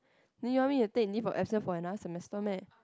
then you want me to take leave for absence for another semester meh